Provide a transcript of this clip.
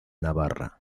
navarra